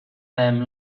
them